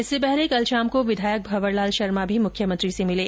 इससे पहले कल शाम को विधायक भंवर लाल शर्मा भी मुख्यमंत्री से मिले